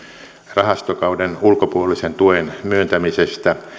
rahastokauden ulkopuolisen tuen myöntämisestä